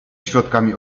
środkami